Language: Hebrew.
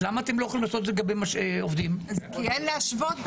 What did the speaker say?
אז למה אתם לא יכולים לעשות את